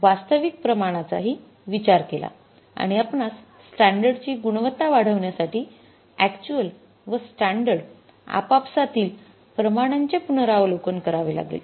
आणि आणि वास्तविक प्रमाणाचा हि विचार केला आणि आपणास स्टॅंडर्ड ची गुणवत्ता वाढवण्यासाठी अक्यचुअल व स्टॅंडर्ड आपापसातील प्रमाणांचे पुनरावलोकन करावे लागेल